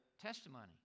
testimony